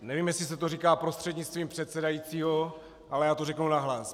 Nevím, jestli se to říká prostřednictvím předsedajícího, ale já to řeknu nahlas.